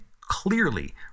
clearly